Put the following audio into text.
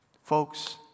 Folks